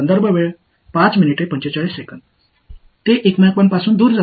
அவை ஒருவருக்கொருவர் ஏற்ப நகரும் ஆனால் உள்ளுணர்வாக நீங்கள் எந்த வகையான விநியோகத்தை எதிர்பார்க்கிறீர்கள்